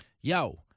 yo